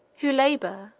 who labor,